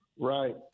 right